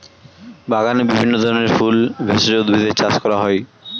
বাগানে বিভিন্ন ধরনের ফুল, ভেষজ উদ্ভিদের চাষ করা হয়